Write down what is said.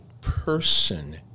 person